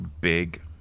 big